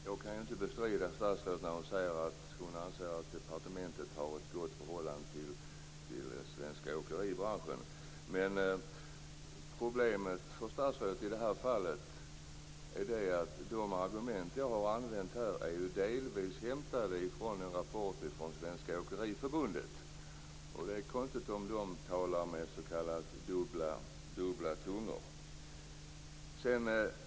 Herr talman! Jag kan inte bestrida det som statsrådet säger om att hon anser att departementet har ett gott förhållande till den svenska åkeribranschen. Men problemet för statsrådet i detta fall är att de argument som jag här har använt delvis är hämtade från en rapport från Svenska Åkeriförbundet. Det vore konstigt om man där talade med s.k. kluven tunga.